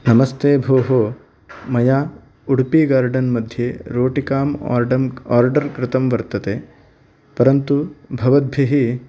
नमस्ते भोः मया उडुपि गार्डन् मध्ये रोटिकाम् आर्डम् आर्डर् कृतं वर्तते परन्तु भवद्भिः